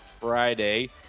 friday